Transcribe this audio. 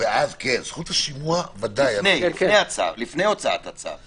זכות השימוע היא לפני הוצאת הצו.